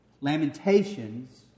Lamentations